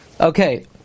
Okay